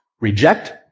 reject